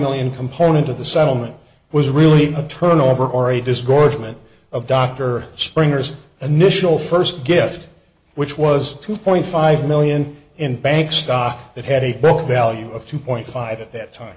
million component of the settlement was really a turnover or a disgorgement of dr springer's and mischel first gift which was two point five million in bank stock that had a book value of two point five at that time